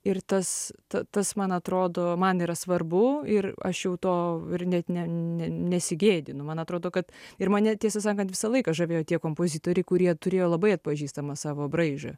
ir tas tas man atrodo man yra svarbu ir aš jau to ir net ne ne nesigėdinu man atrodo kad ir mane tiesą sakant visą laiką žavėjo tie kompozitoriai kurie turėjo labai atpažįstamą savo braižą